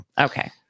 okay